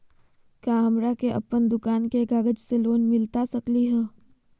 का हमरा के अपन दुकान के कागज से लोन मिलता सकली हई?